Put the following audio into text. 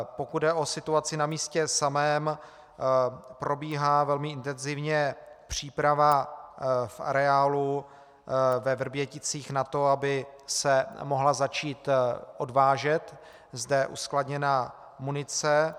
Pokud jde o situaci na místě samém, probíhá velmi intenzivně příprava v areálu ve Vrběticích na to, aby se mohla začít odvážet zde uskladněná munice.